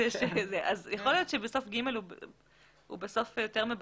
יכול להיות שבסוף (ג) הוא יותר מבלבל.